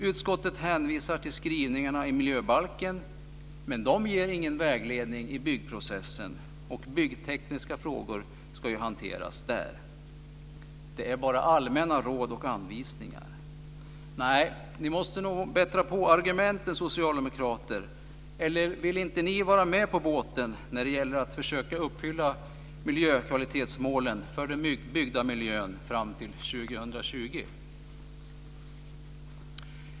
Utskottet hänvisar till skrivningarna i miljöbalken, men de ger ingen vägledning i byggprocessen, och byggtekniska frågor ska ju hanteras där. Det är bara allmänna råd och anvisningar. Nej, ni måste nog bättra på argumenten, socialdemokrater! Eller vill ni inte vara med på båten när det gäller att försöka uppfylla miljökvalitetsmålen för den byggda miljön fram till 2020?